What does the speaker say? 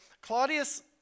Claudius